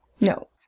no